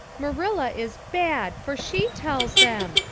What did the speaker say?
marilla is bad, for she tells them.